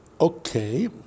Okay